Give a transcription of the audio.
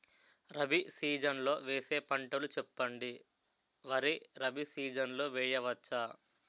Rabi season లో వేసే పంటలు చెప్పండి? వరి రబీ సీజన్ లో వేయ వచ్చా?